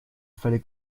fallait